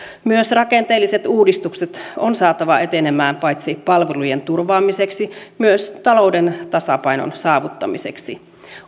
myös rakenteelliset uudistukset on saatava etenemään paitsi palvelujen turvaamiseksi myös talouden tasapainon saavuttamiseksi